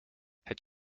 het